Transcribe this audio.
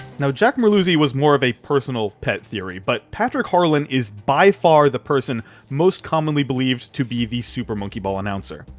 now, jack merluzzi was more of a personal pet theory, but patrick harlan is by far the person most commonly believed to be the super monkey ball announcer.